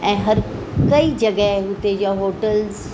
ऐं हर काई जॻहि हुते जा होटल्स